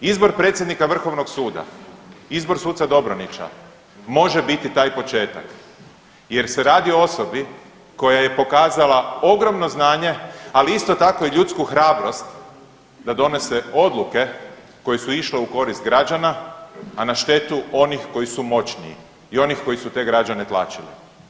Izbor predsjednika Vrhovnog suda, izbor suca Dobranića može biti taj početak jer se radi o osobi koja je pokazala ogromno znanje, ali isto tako i ljudsku hrabrost da donese odluke koje su išle u korist građana, a na štetu onih koji su moćniji i onih koji su te građane tlačili.